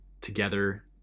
together